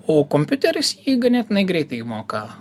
o kompiuteris jį ganėtinai greitai moka